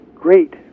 great